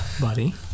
Buddy